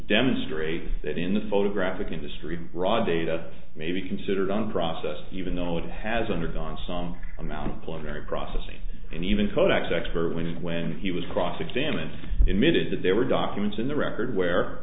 demonstrate that in the photographic industry raw data may be considered on process even though it has undergone some amount of pulmonary processing and even kodak's expert when and when he was cross examined emitted that there were documents in the record where